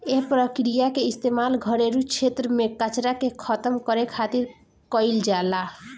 एह प्रक्रिया के इस्तेमाल घरेलू क्षेत्र में कचरा के खतम करे खातिर खातिर कईल जाला